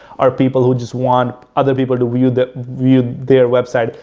or people who just want other people to view their view their website.